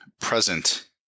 present